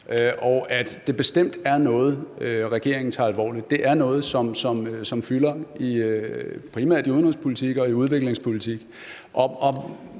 og at det bestemt er noget, regeringen tager alvorligt. Det er noget, som fylder, primært i udenrigspolitik og i udviklingspolitik.